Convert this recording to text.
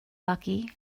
lucky